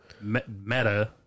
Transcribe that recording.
Meta